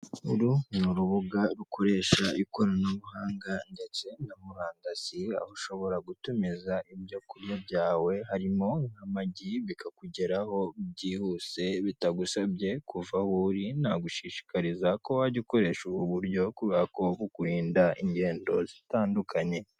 Uru ni urubuga rukoresha ikoranabuhanga ndetse na murandasi aho ushobora gutumiza ibyo kurya byawe harimo nk'amagi bikakugeraho byihuse bitagusabye kuva aho uri, nagushishikariza ko wajya ukoresha ubu buryo kubera ko bukurinda ingendo zitandukanye.